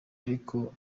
ariko